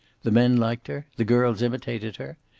the men liked her. the girls imitated her.